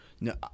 no